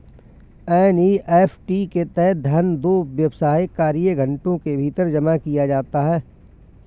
NEFT के तहत धन दो व्यावसायिक कार्य घंटों के भीतर जमा किया जाता है